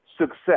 success